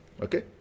Okay